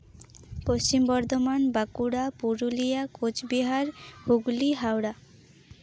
Paschim Bardhaman Bankura Purulia Cooch Behar Hooghly Howrah